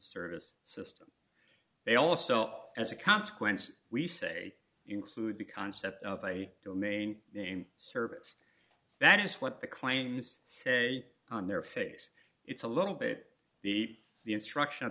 service system they also as a consequence we say include the concept of a domain name service that is what the claims say on their face it's a little bit the the instruction o